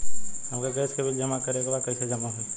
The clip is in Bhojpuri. हमके गैस के बिल जमा करे के बा कैसे जमा होई?